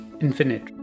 infinite